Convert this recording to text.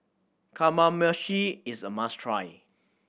kamameshi is a must try